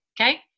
Okay